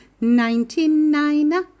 Ninety-nine